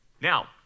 Now